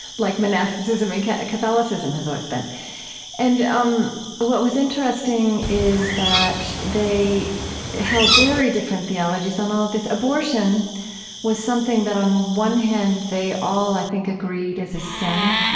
like monasticism and catholicism has always been and um what was interesting is that they held very different theologies on all of this. abortion was something that, on one hand, they all, i think, agreed is a sin,